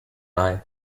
eye